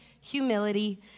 humility